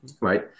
Right